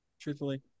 truthfully